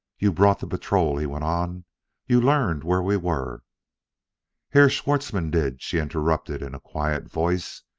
you brought the patrol, he went on you learned where we were herr schwartzmann did, she interrupted in a quiet voice.